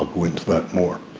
i'll go into that more.